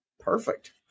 Perfect